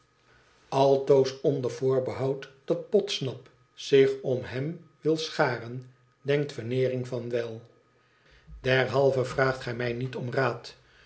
altoos onder voorbehoud dat podsnap zich om hem wil scharen denkt veneering van wel derhalve vraagt gij mij niet om raad